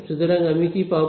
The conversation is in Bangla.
সুতরাং আমি কি পাবো